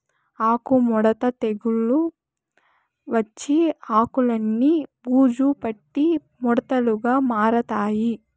ఆకు ముడత తెగులు వచ్చి ఆకులన్ని బూజు పట్టి ముడతలుగా మారతాయి